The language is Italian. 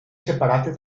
separate